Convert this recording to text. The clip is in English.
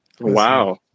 Wow